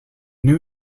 new